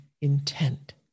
intent